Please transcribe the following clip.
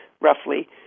roughly